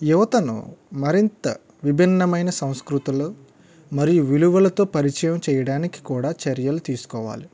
యువతను మరింత విభిన్నమైన సంస్కృతులు మరియు విలువలతో పరిచయం చేయడానికి కూడా చర్యలు తీసుకోవాలి